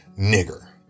Nigger